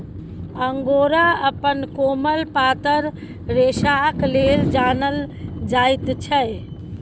angora अपन कोमल पातर रेशाक लेल जानल जाइत छै